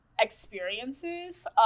experiences